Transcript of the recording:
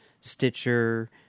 Stitcher